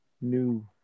New